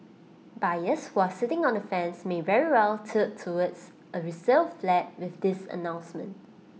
buyers who are sitting on the fence may very well tilt towards A resale flat with this announcement